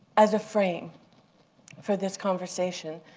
as a frame for this conversation,